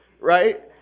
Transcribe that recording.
right